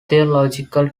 theological